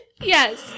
Yes